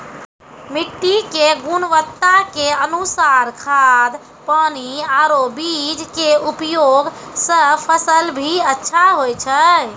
मिट्टी के गुणवत्ता के अनुसार खाद, पानी आरो बीज के उपयोग सॅ फसल भी अच्छा होय छै